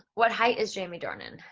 what height is jamie dornan?